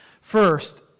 first